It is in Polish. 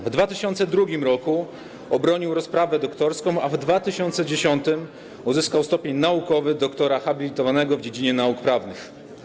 W 2002 r. obronił rozprawę doktorską, a w 2010 r. uzyskał stopień naukowy doktora habilitowanego w dziedzinie nauk prawnych.